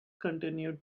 continued